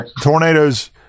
Tornadoes